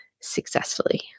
successfully